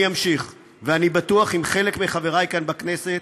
אני אמשיך, ואני בטוח שעם חלק מחברי כאן בכנסת,